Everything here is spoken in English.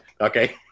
Okay